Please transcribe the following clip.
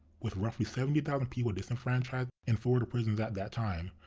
with roughly seventy thousand people disenfranchised in florida prisons at that time,